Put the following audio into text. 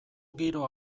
giro